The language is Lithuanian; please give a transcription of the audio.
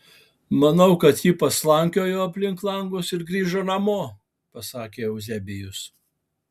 manau kad ji paslankiojo aplink langus ir grįžo namo pasakė euzebijus